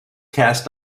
cast